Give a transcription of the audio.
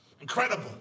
Incredible